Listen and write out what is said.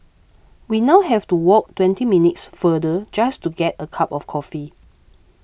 we now have to walk twenty minutes farther just to get a cup of coffee